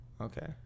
Okay